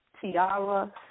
Tiara